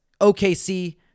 OKC